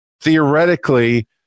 theoretically